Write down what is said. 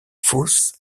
fosse